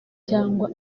cyangwa